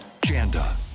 Janda